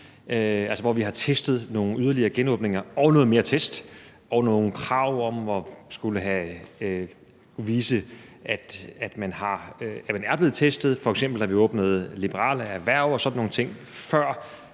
hvor vi har testet nogle yderligere genåbninger og haft noget mere testning og nogle krav om at skulle vise, at man er blevet testet. F.eks. har vi åbnet for liberale erhverv og sådan nogle ting, før